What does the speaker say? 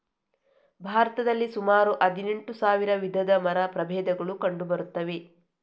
ಭಾರತದಲ್ಲಿ ಸುಮಾರು ಹದಿನೆಂಟು ಸಾವಿರ ವಿಧದ ಮರ ಪ್ರಭೇದಗಳು ಕಂಡು ಬರ್ತವೆ